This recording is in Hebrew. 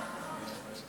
גברתי היושבת